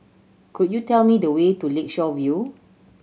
could you tell me the way to Lakeshore View